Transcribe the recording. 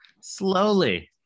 Slowly